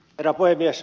herra puhemies